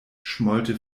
schmollte